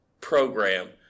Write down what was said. program